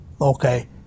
okay